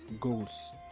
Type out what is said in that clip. goals